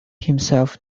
himself